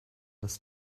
das